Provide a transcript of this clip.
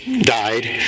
died